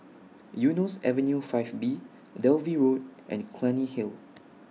Eunos Avenue five B Dalvey Road and Clunny Hill